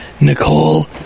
Nicole